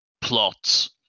plots